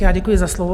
Já děkuji za slovo.